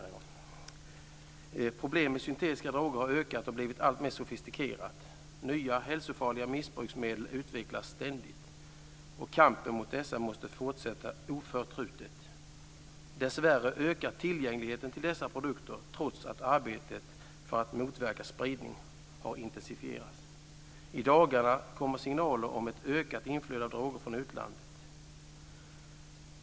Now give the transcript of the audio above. Problem med syntetiska droger har ökat. Dessa har blivit alltmer sofistikerade. Nya hälsofarliga missbruksmedel utvecklas ständigt. Kampen mot dessa måste fortsätta oförtrutet. Dessvärre ökar tillgängligheten till dessa produkter trots att arbetet för att motverka spridning har intensifierats. I dagarna kommer signaler om ett ökat inflöde av droger från utlandet.